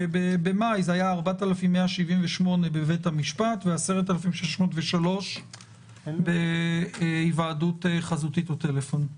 במאי זה היה 4,178 בבית המשפט ו-10,603 בהיוועדות חזותית או טלפון.